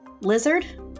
Lizard